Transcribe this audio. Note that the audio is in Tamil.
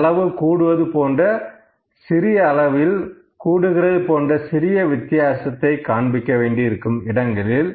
செலவு கூடுவது போன்ற சிறிய அளவில் கூடுகிறது போன்ற சிறிய வித்தியாசத்தைக் காண்பிக்க வேண்டி இருக்கும் இடங்களில்